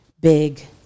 big